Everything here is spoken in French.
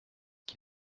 qui